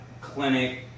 clinic